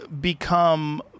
become